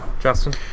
Justin